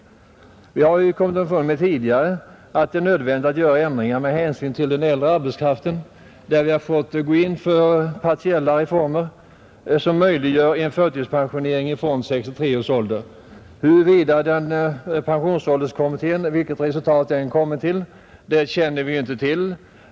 Vi har kommit underfund med tidigare att det är nödvändigt att göra ändringar med hänsyn till den äldre arbetskraften. Vi har fått gå in för partiella reformer, som möjliggör en förtidspensionering från 63 års ålder. Vi känner inte till vilket resultat pensionsålderskommittén kommer att uppnå.